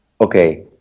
okay